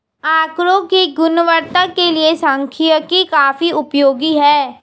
आकड़ों की गुणवत्ता के लिए सांख्यिकी काफी उपयोगी है